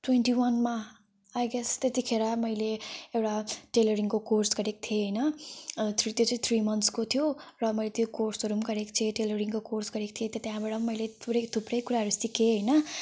ट्वेन्टिवानमा I guess त्यतिखेर मैले एउटा टेलरिङको कोर्स गरेको थिएँ होइन थ्री त्यो चाहिँ थ्री मन्थ्सको थियो र म त्यो कोर्सहरू गरेको थिएँ टेलरिङको कोर्स गरेको थिएँ त्यहाँबाट मैले पुरै थुप्रै कुराहरू सिकेँ होइन